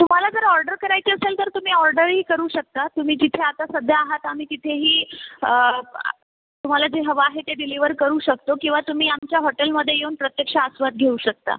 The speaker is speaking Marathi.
तुम्हाला जर ऑर्डर करायची असेल तर तुम्ही ऑर्डर ही करू शकता तुम्ही जिथे आता सध्या आहात आम्ही तिथे ही तुम्हाला जे हवं आहे ते डिलिव्हर करू शकतो किंवा तुम्ही आमच्या हॉटेलमध्ये येऊन प्रत्यक्ष आस्वाद घेऊ शकता